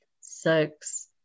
sex